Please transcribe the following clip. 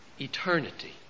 eternity